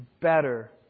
better